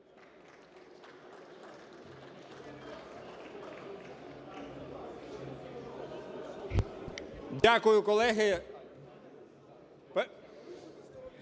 Дякую, колеги.